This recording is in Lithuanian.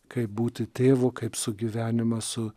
kaip būti tėvu kaip sugyvenimas su